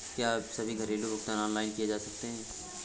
क्या सभी घरेलू भुगतान ऑनलाइन किए जा सकते हैं?